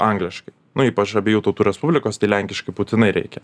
angliškai nu ypač abiejų tautų respublikos tai lenkiškai būtinai reikia